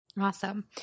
Awesome